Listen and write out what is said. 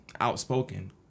outspoken